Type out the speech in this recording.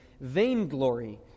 vainglory